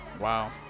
Wow